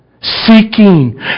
seeking